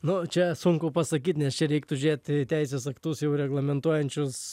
nu čia sunku pasakyt nes čia reiktų žiūrėti į teisės aktus jau reglamentuojančius